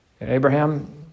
Abraham